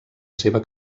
seva